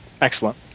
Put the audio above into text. Excellent